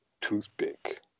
toothpick